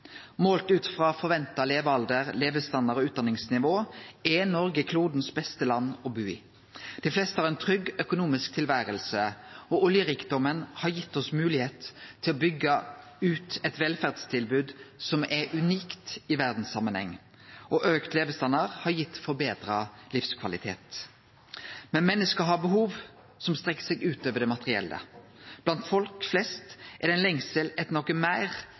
Målt ut frå forventa levealder, levestandard og utdanningsnivå er Noreg klodens beste land å bu i. Dei fleste har eit trygt økonomisk tilvære, oljerikdomen har gitt oss moglegheit til å byggje ut eit velferdstilbod som er unikt i verdssamanheng, og auka levestandard har gitt folk forbetra livskvalitet. Men menneske har behov som strekkjer seg utover det materielle. Blant folk flest er det ein lengsel etter noko meir